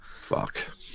fuck